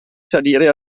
salire